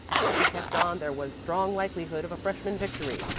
if she kept on, there was strong likelihood of a freshman victory.